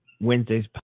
Wednesday's